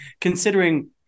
considering